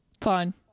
fine